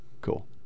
cool